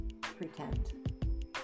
pretend